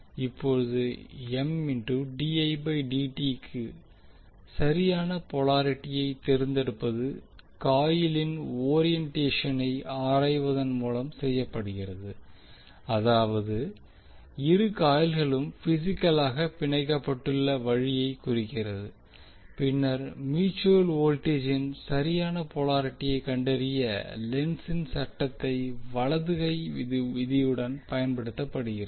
இப்போது க்கு சரியான போலாரிட்டியை தேர்ந்தெடுப்பது காயிலின் ஒரியன்டேஷனை ஆராய்வதன் மூலம் செய்யப்படுகிறது அதாவது இரு காயில்களும் பிசிக்கலாக பிணைக்கப்பட்டுள்ள வழியைக் குறிக்கிறது பின்னர் மியூட்சுவல் வோல்டேஜின் சரியான போலாரிட்டியை கண்டறிய லென்ஸின் சட்டத்தை வலது கை விதியுடன் பயன்படுத்துகிறது